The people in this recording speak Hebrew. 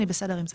אני בסדר עם זה.